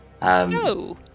No